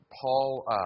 Paul